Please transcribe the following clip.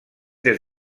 des